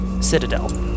citadel